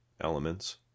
elements